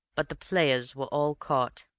but the players were all caught.